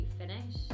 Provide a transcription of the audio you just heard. finish